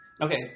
Okay